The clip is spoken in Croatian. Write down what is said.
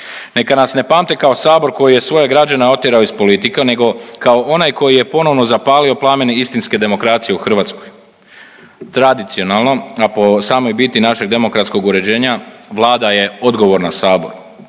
Neka nas ne pamte kao Sabor koji je svoje građane otjerao iz politike, nego kao onaj koji je ponovno zapalio plamen istinske demokracije u Hrvatskoj. Tradicionalno a po samoj biti našeg demokratskog uređenja Vlada je odgovorna Saboru.